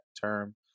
term